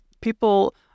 people